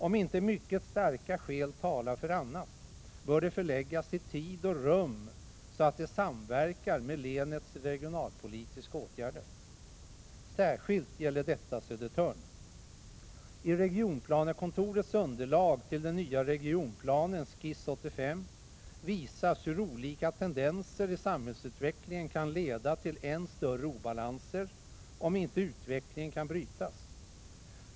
Om inte mycket starka skäl talar för annat, bör de förläggas i tid och rum så att de samverkar med länets regionalpolitiska åtgärder. Särskilt gäller detta Södertörn. I regionplanekontorets underlag till den nya regionplanen, Skiss 85, visas hur olika tendenser i samhällsutvecklingen kan leda till än större obalanser, om inte utvecklingen kan brytas.